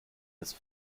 ist